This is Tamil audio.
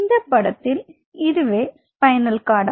இந்த படத்தில் இதுவே ஸ்பைனல் கார்டு